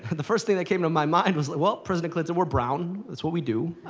the first thing that came to my mind was, well, president clinton, we're brown. that's what we do.